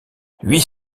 huit